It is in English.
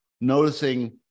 noticing